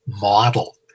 model